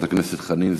אחריו,